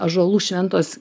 ąžuolų šventos